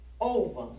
over